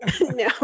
No